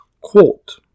Quote